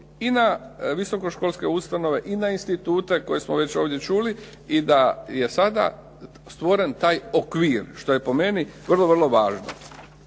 i na visoko školske ustanove i na institute koje smo već ovdje čuli i da je sada stvoren taj okvir što je po meni vrlo, vrlo važno.